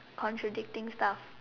contradicting stuff